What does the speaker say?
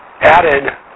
added